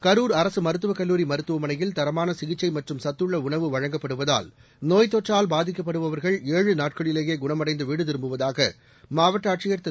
கரூர் அரசு மருத்துவக் கல்லூரி மருத்துவமனையில் தரமான சிகிச்சை மற்றும் சத்துள்ள உணவு வழங்கப்படுவதால் நோய்த் தொற்றால் பாதிக்கப்படுபவர்கள் ஏழு நாட்களிலேயே குணமடைந்து வீடு திரும்புவதாக மாவட்ட ஆட்சியர் திரு